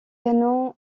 canon